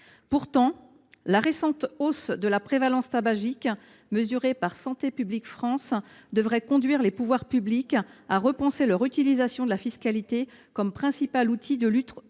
Pourtant, la récente hausse de la prévalence tabagique mesurée par Santé publique France devrait conduire les pouvoirs publics à repenser leur utilisation de la fiscalité comme principal outil de lutte